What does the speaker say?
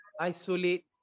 isolate